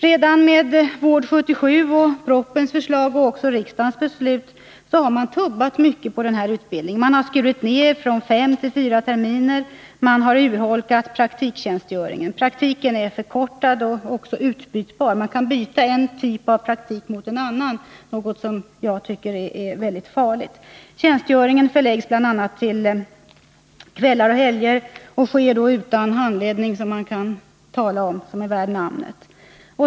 Redan med Vård 77, propositionens förslag och riksdagens beslut har man tubbat mycket på denna utbildning. Man har skurit ner den från fem till fyra terminer, och man har urholkat praktiktjänstgöringen. Praktiken är förkortad och också utbytbar. Man kan nämligen byta en typ av praktik mot en annan, något som jag tycker är väldigt farligt. Tjänstgöringen förläggs bl.a. till kvällar och helger och sker då utan någon handledning värd namnet.